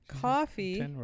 coffee